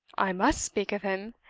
i must speak of him,